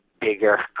bigger